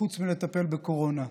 חוץ מלטפל בקורונה.